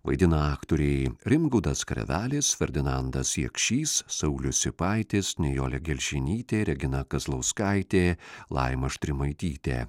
vaidina aktoriai rimgaudas karvelis ferdinandas jakšys saulius sipaitis nijolė gelžinytė regina kazlauskaitė laima štrimaitytė